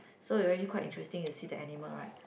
so you really quite interesting to see the animal right